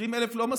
20,000 לא מספיק?